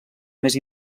més